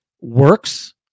works